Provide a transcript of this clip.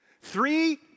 three